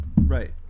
Right